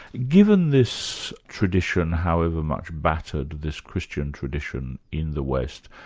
given this tradition, however much battered this christian tradition in the west,